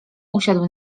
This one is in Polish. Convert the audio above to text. usiadł